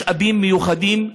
על משאבים מיוחדים,